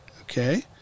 Okay